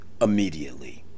immediately